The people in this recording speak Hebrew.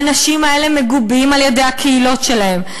האנשים האלה מגובים על-ידי הקהילות שלהם,